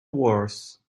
wars